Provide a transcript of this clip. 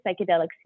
psychedelic